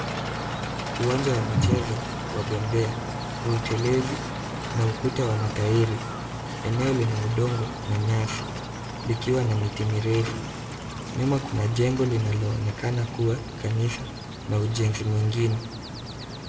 Uwanja wa michezo wa bebea, la utelezi na ukuta wa matairi. Eneo lina udongo na nyasi, likiwa na miti mirefu. Nyuma kuna jengo linaloonekana kuwa kanisa na ujenzi mwingine.